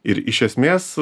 ir iš esmės